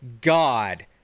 God